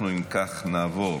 אם כך, אנחנו נעבור